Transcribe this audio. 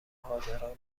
حاضران